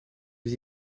les